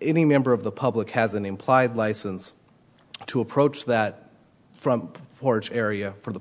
any member of the public has an implied license to approach that front porch area for the